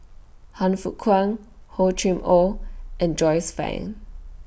Han Fook Kwang Hor Chim Or and Joyce fan